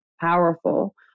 powerful